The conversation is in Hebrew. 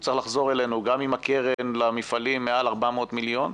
והוא צריך לחזור אלינו גם עם הקרן למפעלים מעל 400 מיליון,